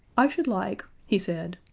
i should like, he said,